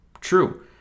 True